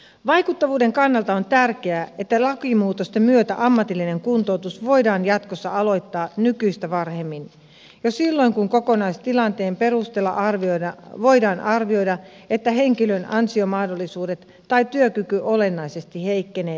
vaikuttavuuden kannalta on tärkeää että lakimuutosten myötä ammatillinen kuntoutus voidaan jatkossa aloittaa nykyistä varhemmin jo silloin kun kokonaistilanteen perusteella voidaan arvioida että henkilön ansiomahdollisuudet tai työkyky olennaisesti heikkenee lähivuosina